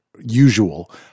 usual